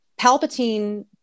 Palpatine